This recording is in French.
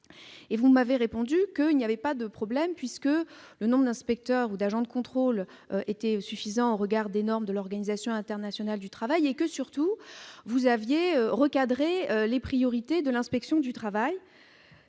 vous m'avez répondu qu'il n'y avait pas de problème, puisque le nombre d'inspecteurs ou d'agents de contrôle était suffisant au regard des normes de l'Organisation internationale du travail et que, surtout, vous aviez recentré les priorités de l'inspection du travail